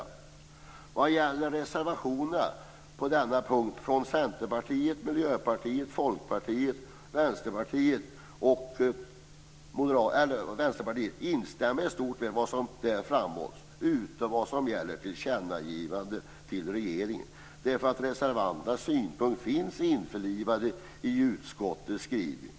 Jag instämmer i stort sett i vad som framhålls i reservationerna på denna punkt från Centerpartiet, Miljöpartiet, Folkpartiet och Vänsterpartiet utom det som gäller tillkännagivandet till regeringen. Reservanternas synpunkter finns införlivade i utskottets skrivning.